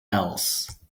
else